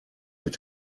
mit